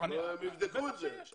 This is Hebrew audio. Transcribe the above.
הם יבדקו את זה.